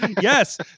Yes